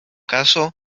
caso